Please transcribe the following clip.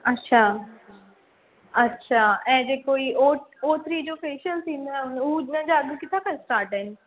अच्छा अच्छा ऐं जेको ही ओ ओ थ्री जो फ़ेशल थींदो आहे हो उन जा अघि किथां खां स्टार्ट आहिनि